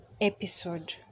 episode